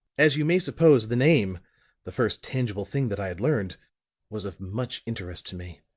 as you may suppose, the name the first tangible thing that i had learned was of much interest to me.